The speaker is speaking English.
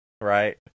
right